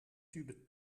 tube